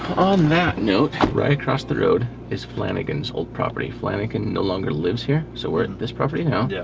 on that note, right across the road is flannagan's old property. flannagan no longer lives here, so we're at this property now. yeah